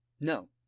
no